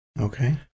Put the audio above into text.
okay